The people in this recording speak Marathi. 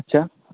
अच्छा